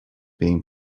being